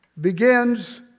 begins